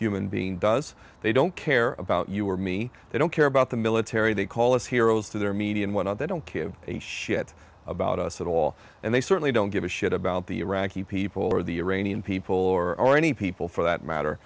human being does they don't care about you or me they don't care about the military they call us heroes to their media and went out they don't care a shit about us at all and they certainly don't give a shit about the iraqi people or the iranian people or any people for that matter